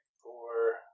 Four